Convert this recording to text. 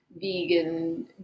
vegan